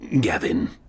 Gavin